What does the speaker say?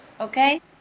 okay